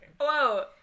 Whoa